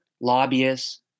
lobbyists